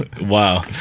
Wow